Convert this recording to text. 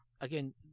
Again